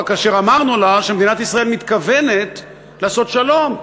כאשר אמרנו לה שמדינת ישראל מתכוונת לעשות שלום,